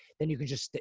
then you can just stay,